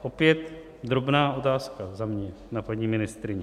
Opět drobná otázka za mě na paní ministryni.